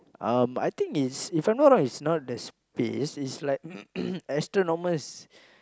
um I think it's if I'm not wrong it's not the space is like astronomers